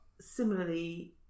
similarly